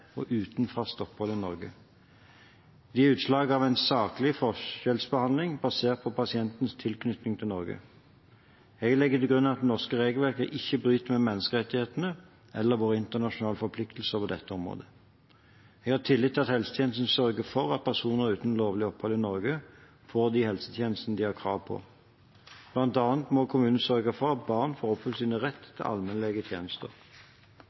og uten fast opphold i Norge. De er utslag av en saklig forskjellsbehandling basert på pasientens tilknytning til Norge. Jeg legger til grunn at det norske regelverket ikke bryter med menneskerettighetene eller våre internasjonale forpliktelser på dette området. Jeg har tillit til at helsetjenesten sørger for at personer uten lovlig opphold i Norge får de helsetjenestene de har krav på, bl.a. må kommunen sørge for at barn får oppfylt sin rett til allmennlegetjenester. Det er i denne sammenheng vanskelig å sammenligne tjenester